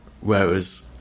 whereas